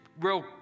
real